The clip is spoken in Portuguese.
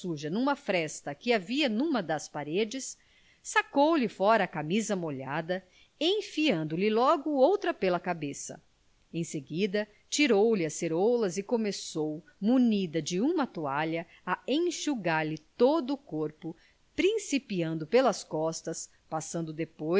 suja numa fresta que havia numa das paredes sacou lhe fora a camisa molhada enfiando lhe logo outra pela cabeça em seguida tirou-lhe as ceroulas e começou munida de uma toalha a enxugar lhe todo o corpo principiando pelas costas passando depois